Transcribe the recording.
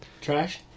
trash